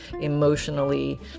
emotionally